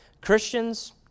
Christians